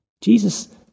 Jesus